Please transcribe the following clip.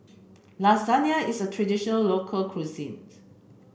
Lasagne is a tradition local cuisine